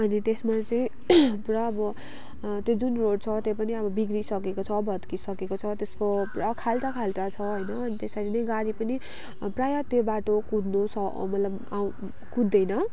अनि त्यसमा चाहिँ पुरा अब त्यो जुन रोड छ त्यो पनि अब बिग्रिसकेको छ भत्किसकेको छ त्यसको पुरा खाल्डाखाल्डा छ हहोइन अन्त त्यसरी नै गाडी पनि प्राय त्यो बाटो कुद्नु मतलब आउँ कुद्दैन